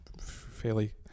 fairly